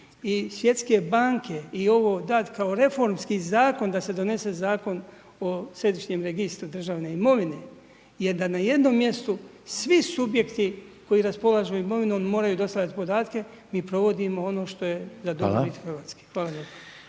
i svjetske banke, i ovo dati kao reformski zakon, da se donese zakon o središnjem registru državne imovine, jer da na jednom mjestu svi subjekti koji raspolažu imovinom moraju dostavljati podatke, mi provodimo ono što je za dobrobit Hrvatske. Hvala